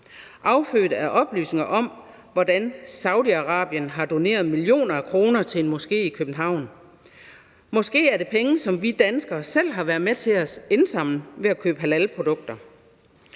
affødt af oplysninger om, hvordan Saudi-Arabien har doneret millioner af kroner til en moské i København. Måske er det penge, som vi danskere selv har været med til at indsamle ved at købe halalprodukter.